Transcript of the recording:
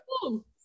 cool